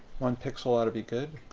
one pixel ought to be good.